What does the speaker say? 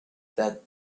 that